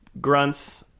grunts